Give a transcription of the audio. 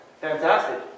Fantastic